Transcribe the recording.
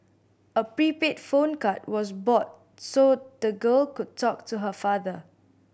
a prepaid phone card was bought so the girl could talk to her father